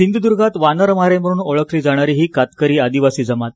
सिंधूद्र्गात वनरमारे म्हणून ओळखली जाणारी हि कातकरी आदिवासी जमात